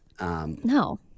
No